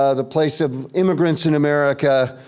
ah the place of immigrants in america,